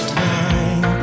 time